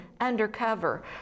undercover